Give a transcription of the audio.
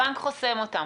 הבנק חוסם אותם.